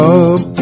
up